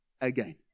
again